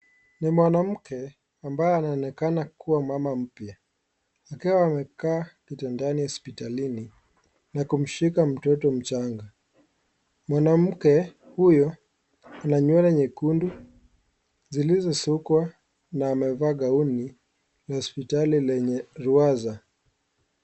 Ni mwanamke ambaye anaonekana kuwa mama mpya. Akiwa amekaa kitandani hospitalini na kumshika mtoto mchanga. Mwanamke huyo ana nywele nyekundu zilizosukwa na amevaa kauni la hospitali lenye rwasa.